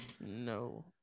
No